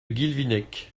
guilvinec